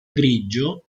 grigio